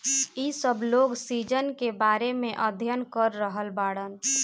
इ सब लोग सीजन के बारे में अध्ययन कर रहल बाड़न